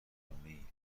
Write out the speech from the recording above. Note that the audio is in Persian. زندانهای